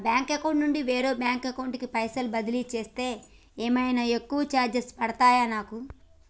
నా bank account నుండి వేరే బ్యాంక్ అకౌంట్ కి పైసల్ బదిలీ చేస్తే ఏమైనా ఎక్కువ చార్జెస్ పడ్తయా నాకు?